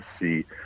see